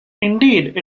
indeed